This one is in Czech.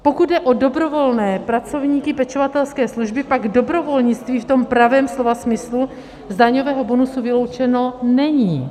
Pokud jde o dobrovolné pracovníky pečovatelské služby, pak dobrovolnictví v tom pravém slova smyslu z daňového bonusu vyloučeno není.